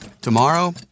Tomorrow